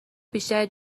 بیشتری